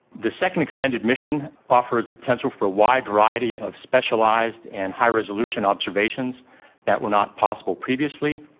the second extended mission offers the potential for a wide variety of specialised and high resolution observations that were not possible previously.